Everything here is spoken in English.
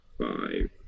five